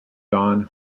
don